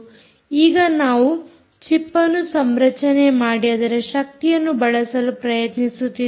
ಈಗ ನಾವು ಚಿಪ್ ಅನ್ನು ಸಂರಚನೆ ಮಾಡಿ ಅದರ ಶಕ್ತಿಯನ್ನು ಬಳಸಲು ಪ್ರಯತ್ನಿಸುತ್ತಿದ್ದೇವೆ